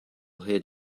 hid